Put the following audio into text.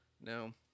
Now